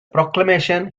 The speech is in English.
proclamation